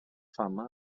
fama